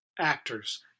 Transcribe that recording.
actors